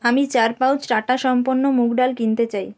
আমি চার পাউচ টাটা সম্পন্ন মুগ ডাল কিনতে চাই